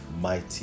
mighty